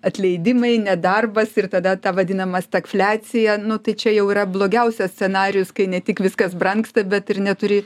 atleidimai nedarbas ir tada ta vadinama stagfliacija nu tai čia jau yra blogiausias scenarijus kai ne tik viskas brangsta bet ir neturi